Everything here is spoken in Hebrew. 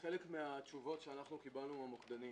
חלק מהתשובות שקיבלנו מהמוקדנים